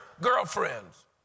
girlfriends